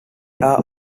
are